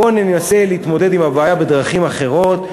בואו ננסה להתמודד עם הבעיה בדרכים אחרות,